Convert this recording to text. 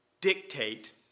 dictate